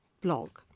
blog